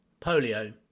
polio